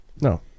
No